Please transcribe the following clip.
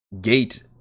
gate